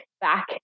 back